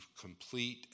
complete